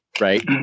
Right